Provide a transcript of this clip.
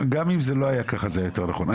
גם אם זה לא היה ככה, זה היה יותר נכון.